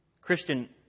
Christian